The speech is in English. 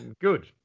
good